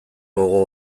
gogo